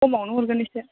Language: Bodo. खमावनो हरगोन एसे